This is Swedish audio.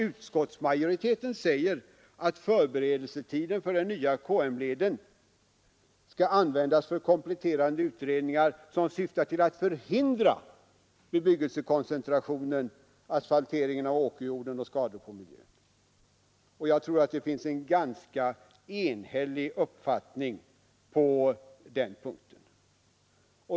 Utskottsmajoriteten framhåller att förberedelsetiden för den nya KM-leden skall användas för kompletterande utredningar syftande till att förhindra bebyggelsekoncentration, asfaltering av åkerjord och skador på miljön. Jag tror att det råder en ganska enhällig uppfattning på den punkten.